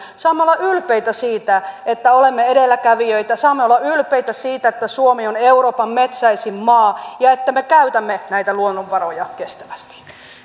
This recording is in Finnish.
saamme olla ylpeitä siitä että olemme edelläkävijöitä saamme olla ylpeitä siitä että suomi on euroopan metsäisin maa ja että me käytämme näitä luonnonvaroja kestävästi